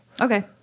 Okay